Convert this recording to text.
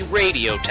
radio